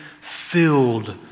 filled